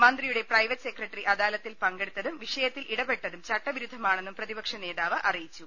മന്ത്രിയുടെ private secretary അദാ ലത്തിൽ പങ്കെടുത്തും വിഷയത്തിൽ ഇടപെട്ടതും ചട്ടവിരുദ്ധമാണെന്നും പ്രതിപക്ഷ നേതാവ് അറിയിച്ചു